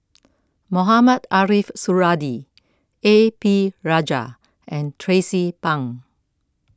Mohamed Ariff Suradi A P Rajah and Tracie Pang